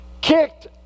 Kicked